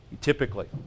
typically